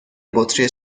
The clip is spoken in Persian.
بطری